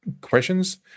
questions